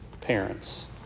parents